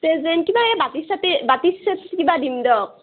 present কিবা এই বাতি চাতি বাতি চেট কিবা দিম দক